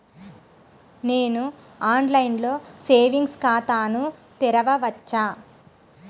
నేను ఆన్లైన్లో సేవింగ్స్ ఖాతాను తెరవవచ్చా?